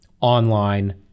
online